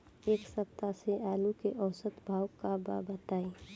एक सप्ताह से आलू के औसत भाव का बा बताई?